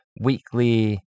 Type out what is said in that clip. weekly